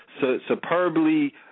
superbly